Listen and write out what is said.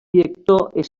director